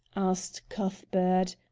asked cuthbert.